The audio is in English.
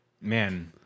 Man